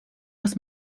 muss